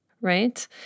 right